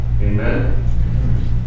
Amen